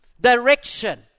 direction